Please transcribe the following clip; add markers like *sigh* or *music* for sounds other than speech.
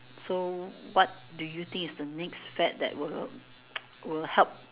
so what do you think is the next fad that will *noise* will help